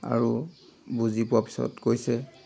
আৰু বুজি পোৱাৰ পিছত কৈছে